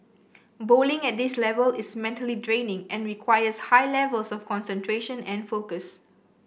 bowling at this level is mentally draining and requires high levels of concentration and focus